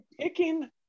picking